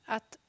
Att